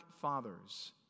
fathers